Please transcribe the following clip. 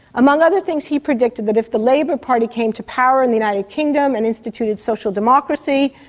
among other things, he predicted that if the labour party came to power in the united kingdom and instituted social democracy,